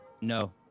no